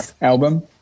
album